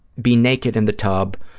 be naked in the tub,